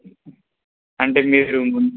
అంటే మీరు ముందు